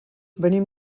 venim